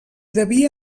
devia